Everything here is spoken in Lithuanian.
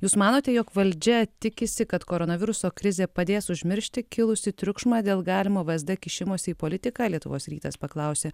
jūs manote jog valdžia tikisi kad koronaviruso krizė padės užmiršti kilusį triukšmą dėl galimo vsd kišimosi į politiką lietuvos rytas paklausė